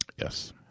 Yes